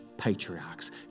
patriarchs